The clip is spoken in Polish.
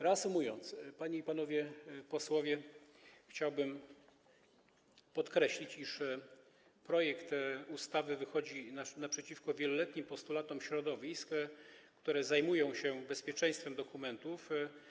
Reasumując, panie i panowie posłowie, chciałbym podkreślić, iż projekt ustawy wychodzi naprzeciwko wieloletnim postulatom środowisk, które zajmują się bezpieczeństwem dokumentów.